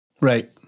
Right